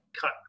cut